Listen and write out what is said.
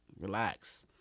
relax